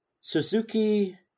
Suzuki